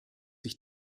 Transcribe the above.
sich